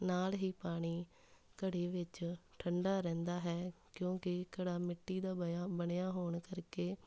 ਨਾਲ਼ ਹੀ ਪਾਣੀ ਘੜੇ ਵਿੱਚ ਠੰਡਾ ਰਹਿੰਦਾ ਹੈ ਕਿਉਂਕਿ ਘੜਾ ਮਿੱਟੀ ਦਾ ਬਇਆ ਬਣਿਆ ਹੋਣ ਕਰਕੇ